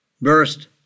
burst